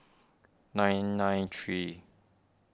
nine nine three